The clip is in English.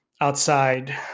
Outside